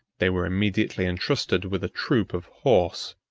they were immediately intrusted with a troop of horse,